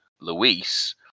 Luis